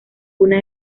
una